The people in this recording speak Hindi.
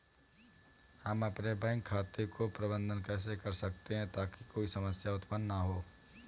हम अपने बैंक खाते का प्रबंधन कैसे कर सकते हैं ताकि कोई समस्या उत्पन्न न हो?